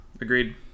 Agreed